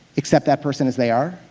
accept that person as they are,